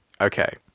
Okay